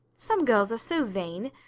some girls are so vain!